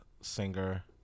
Singer